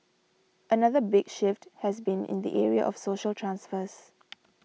another big shift has been in the area of social transfers